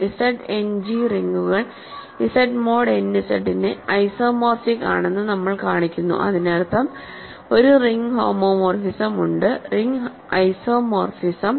Z end G റിങ്ങുകൾ Z mod n Z ന് isomorphic ആണെന്ന് നമ്മൾ കാണിക്കുന്നു അതിനർത്ഥം ഒരു റിംഗ് ഹോമോമോർഫിസം ഉണ്ട് റിംഗ് ഐസോമോർഫിസം